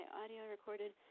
audio-recorded